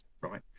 right